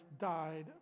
died